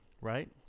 Right